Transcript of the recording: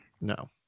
No